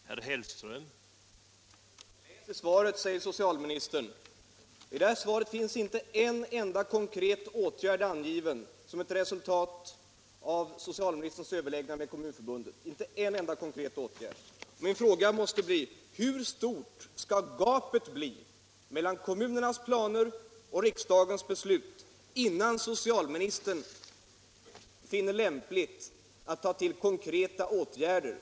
Herr talman! Läs svaret, säger socialministern. Men i detta svar finns inte en enda konkret åtgärd angiven som ett resultat av socialministerns överläggningar med Kommunförbundet. Min fråga måste bli: Hur stort skall gapet bli mellan kommunernas planer och riksdagens beslut innan socialministern finner det lämpligt att ta till konkreta åtgärder?